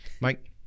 Mike